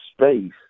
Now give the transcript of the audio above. space